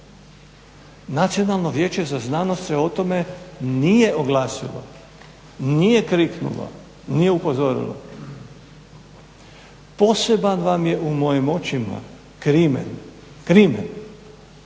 Nacionalno vijeće za znanost se o tome nije oglasilo, nije kriknulo, nije upozorilo. Poseban vam je u mojim očima crimen, crimen